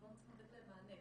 אנחנו לא מצליחים לתת להם מענה.